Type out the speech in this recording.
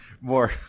more